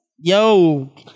Yo